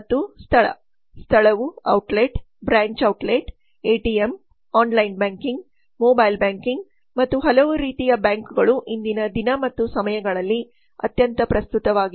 ಮತ್ತು ಸ್ಥಳ ಸ್ಥಳವು outlet branch outlet ATM online banking mobile banking ಮತ್ತು ಹಲವು ರೀತಿಯ ಬ್ಯಾಂಕುಗಳು ಇಂದಿನ ದಿನ ಮತ್ತು ಸಮಯಗಳಲ್ಲಿ ಅತ್ಯಂತ ಪ್ರಸ್ತುತವಾಗಿದೆ